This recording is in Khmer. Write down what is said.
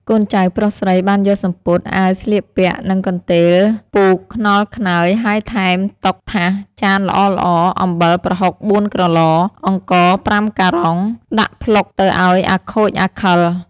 កូនចៅប្រុសស្រីបានយកសំពត់ អាវស្លៀកពាក់ និងកន្ទេលពូកខ្នល់ខ្នើយហើយថែមតុថាសចានល្អៗ អំបិលប្រហុក៤ក្រឡ អង្ករ៥ការុង ដាក់ផ្លុកទៅឱ្យអាខូចអាខិល។